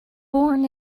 born